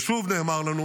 ושוב נאמר לנו